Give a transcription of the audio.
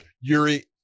Yuri